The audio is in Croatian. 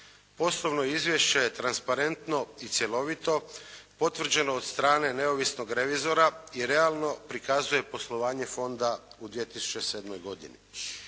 Poslovno izvješće je transparentno i cjelovito potvrđeno od strane neovisnog revizora i realno prikazuje poslovanje fonda u 2007. godini.